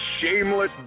shameless